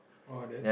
oh and then